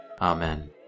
Amen